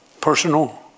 Personal